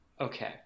Okay